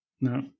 no